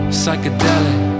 psychedelic